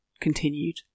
continued